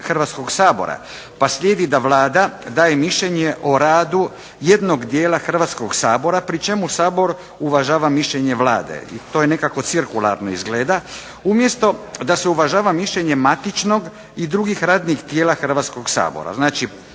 Hrvatskog sabora pa slijedi da Vlada daje mišljenje o radu jednog dijela Hrvatskog sabora pri čemu Sabor uvažava mišljenje Vlade. I to je nekako cirkularno izgleda umjesto da se uvažava mišljenje matičnog i drugih radnih tijela Hrvatskog sabora.